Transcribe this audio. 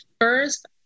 first